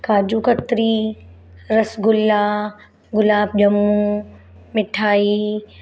काजू कतरी रसगुल्ला गुलाब ॼमूं मिठाई